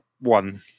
one